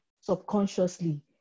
subconsciously